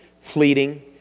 fleeting